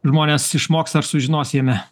žmonės išmoks ar sužinos jame